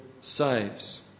saves